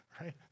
right